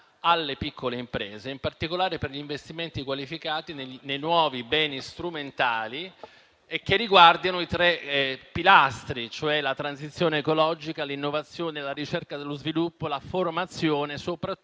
alle piccole imprese, in particolare per gli investimenti qualificati nei nuovi beni strumentali e che riguardino i tre pilastri, cioè la transizione ecologica, l'innovazione, la ricerca e lo sviluppo e la formazione, soprattutto